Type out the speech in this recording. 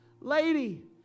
lady